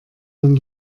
man